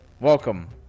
Welcome